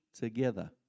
together